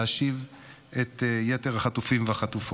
להשיב את יתר החטופים והחטופות.